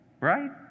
right